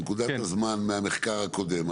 מנקודת הזמן מהמחקר הקודם,